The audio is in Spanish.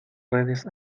redes